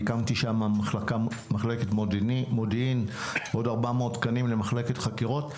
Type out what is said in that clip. והקמתי שם מחלקת מודיעין ועוד 400 תקנים למחלקת חקירות,